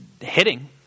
hitting